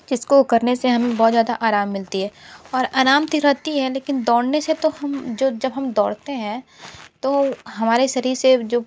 जिसको करने से हमें बहुत ज़्यादा आराम मिलती है और आराम है लेकिन दौड़ने से तो हम जो जब हम दौड़ते हैं तो हमारे शरीर से जो